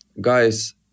guys